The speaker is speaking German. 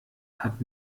hat